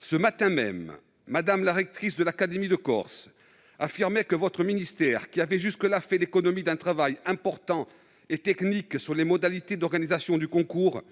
Ce matin même, Mme la rectrice de l'académie de Corse affirmait que votre ministère, qui avait jusque-là fait l'économie d'un travail important et technique sur les modalités d'organisation du concours,